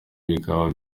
bikaba